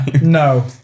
No